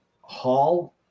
Hall